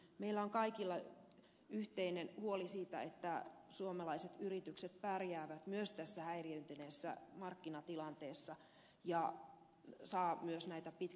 meillä on kaikilla yhteinen huoli siitä että suomalaiset yritykset pärjäävät myös tässä häiriintyneessä markkinatilanteessa ja saavat myös näitä pitkäaikaisia lainoja